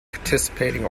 participating